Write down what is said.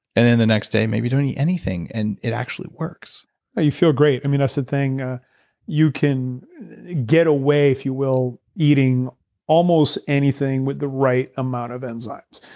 and then the next day maybe, don't eat anything, and it actually works you feel great, i mean that's the thing ah you can get away, if you will, eating almost anything with the right amount of enzymes.